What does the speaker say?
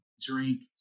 drink